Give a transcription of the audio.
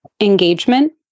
engagement